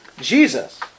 Jesus